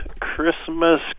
Christmas